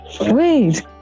Wait